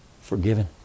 Forgiven